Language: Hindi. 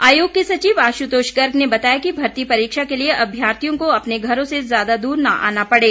आयोग के सचिव आशुतोष गर्ग ने बताया कि भर्ती परीक्षा के लिए अभ्यर्थियों को अपने घरों से ज्यादा दूर न आना पड़े